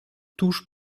tuż